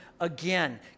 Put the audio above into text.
Again